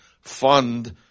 fund